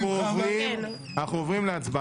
לא.